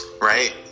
Right